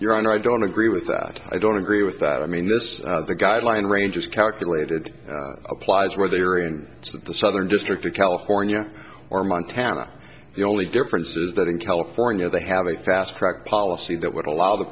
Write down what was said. your honor i don't agree with that i don't agree with that i mean this is the guideline range is calculated applies where they are in the southern district of california or montana the only difference is that in california they have a fast track policy that would allow the